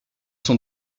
sont